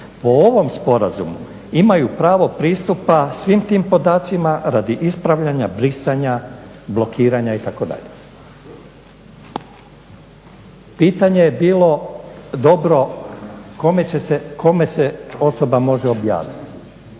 po ovom sporazumu imaju pravo pristupa svim tim podacima radi ispravljanja, brisanja, blokiranja itd. Pitanje je bilo, dobro kome se osoba može obratiti?